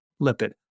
lipid